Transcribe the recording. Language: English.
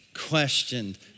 questioned